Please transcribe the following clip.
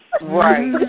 Right